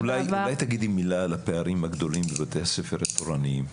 אולי תגידי מילה על הפערים הגדולים בבתי הספר התיכוניים?